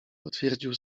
potwierdził